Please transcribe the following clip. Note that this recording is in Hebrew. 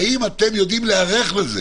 האם אתם יודעים להיערך לזה